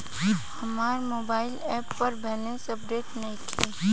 हमार mobile app पर balance update नइखे